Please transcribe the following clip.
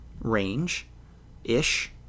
range-ish